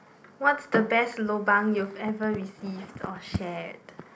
what's the best lobang you've ever received or shared